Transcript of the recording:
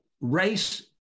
race